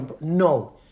No